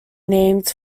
named